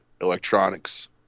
electronics